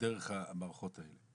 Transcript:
דרך המערכות האלה.